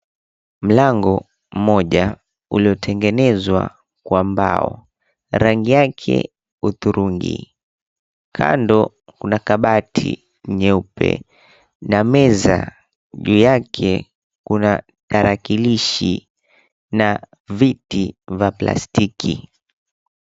Mlango mmoja uliotengenezwa kwa mbao rangi yake uthurungi. Kando kuna kabati nyeupe na meza. Juu yake kuna tarakilishi na viti vya plastiki.